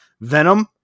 Venom